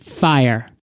Fire